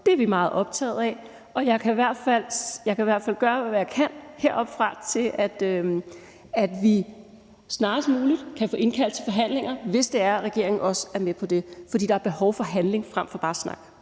Det er vi meget optagede af. Og jeg kan i hvert fald gøre, hvad jeg kan heroppefra, for at vi snarest muligt kan få indkaldt til forhandlinger, hvis regeringen også er med på det. For der er behov for handling frem for bare snak.